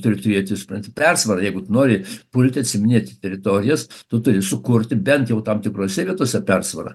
turi turėti supranti persvarą jeigu tu nori pulti atsiiminėti teritorijas tu turi sukurti bent jau tam tikrose vietose persvarą